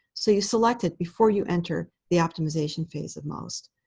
so you select it before you enter the optimization phase of most.